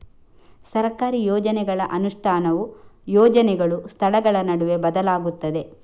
ಸರ್ಕಾರಿ ಯೋಜನೆಗಳ ಅನುಷ್ಠಾನವು ಯೋಜನೆಗಳು, ಸ್ಥಳಗಳ ನಡುವೆ ಬದಲಾಗುತ್ತದೆ